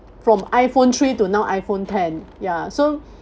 from iphone three to now iphone ten ya so